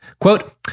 quote